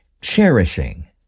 Cherishing